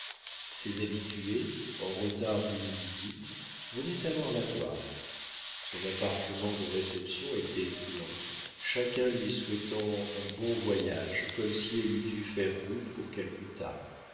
ses habitués en retard d'une visite venaient alors la voir son appartement de réception était plein chacun lui souhaitait un bon voyage comme si elle eût dû faire route pour calcutta